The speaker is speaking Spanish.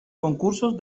concursos